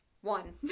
one